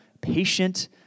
patient